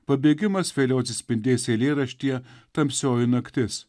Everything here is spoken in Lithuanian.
pabėgimas vėliau atsispindės eilėraštyje tamsioji naktis